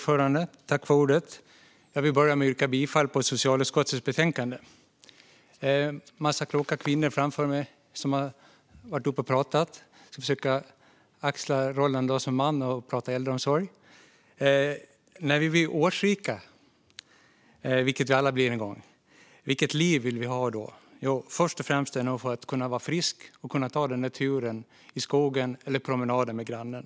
Fru talman! Jag vill börja med att yrka bifall till socialutskottets förslag i betänkandet. En massa kloka kvinnor har varit uppe före mig och pratat. Som man ska jag nu försöka axla rollen och prata om äldreomsorg. När vi blir årsrika, vilket vi alla blir en gång, vilket liv vill vi då ha? Först och främst vill vi nog vara friska och kunna ta den där turen i skogen eller promenaden med grannen.